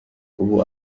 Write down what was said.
ubu